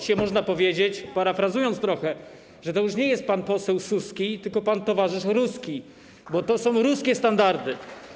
Dzisiaj można powiedzieć, parafrazując trochę, że to już nie jest pan poseł Suski, tylko pan towarzysz ruski, bo to są ruskie standardy.